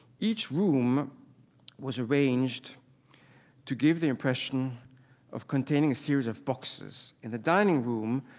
each room was arranged to give the impression of containing a series of boxes. in the dining room,